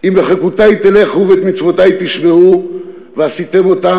"אם בחקתי תלכו ואת מצותי תשמרו ועשיתם אתם,